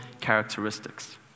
characteristics